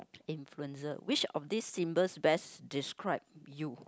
influencer which of these symbols best describe you